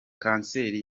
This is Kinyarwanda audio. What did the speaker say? kanseri